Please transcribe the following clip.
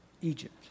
Egypt